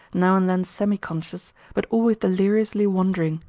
now and then semi-conscious, but always deliriously wandering.